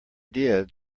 did